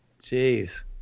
Jeez